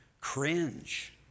cringe